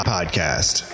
Podcast